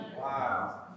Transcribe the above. Wow